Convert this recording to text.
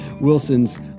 Wilson's